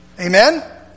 Amen